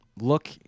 look